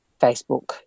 Facebook